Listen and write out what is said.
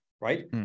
right